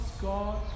god